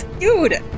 Dude